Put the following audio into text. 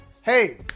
Hey